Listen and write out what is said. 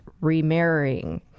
remarrying